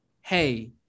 hey